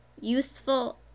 useful